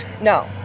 no